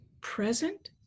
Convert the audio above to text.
present